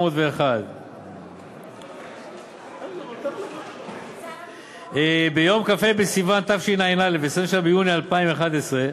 1401. ביום כ"ה בסיוון תשע"א, 27 ביוני 2011,